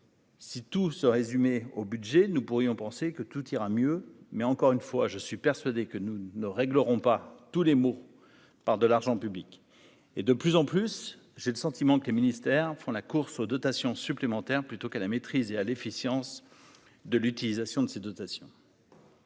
Si tout se résumer au budget, nous pourrions penser que tout ira mieux, mais encore une fois, je suis persuadé que nous ne réglerons pas tous les maux par de l'argent public est de plus en plus j'ai le sentiment que les ministères font la course aux dotations supplémentaires plutôt qu'à la maîtrise et à l'efficience de l'utilisation de ces dotations.